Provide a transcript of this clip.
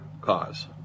cause